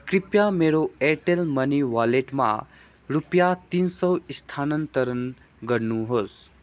कृपया मेरो एयरटेल मनी वालेटमा रुपियाँ तिन सय स्थानान्तरण गर्नु होस्